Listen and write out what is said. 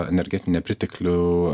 energetinį nepriteklių